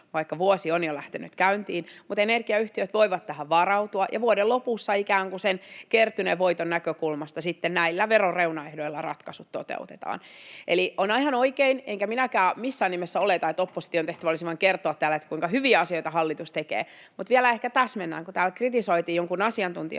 vaikka vuosi on jo lähtenyt käyntiin, mutta energiayhtiöt voivat tähän varautua, ja vuoden lopussa ikään kuin sen kertyneen voiton näkökulmasta sitten ratkaisut toteutetaan näillä veron reunaehdoilla. Eli on ihan oikein, enkä minäkään missään nimessä oleta, että opposition tehtävä olisi vain kertoa täällä, kuinka hyviä asioita hallitus tekee. Mutta vielä ehkä täsmennän, kun täällä kritisoitiin jonkun asiantuntijan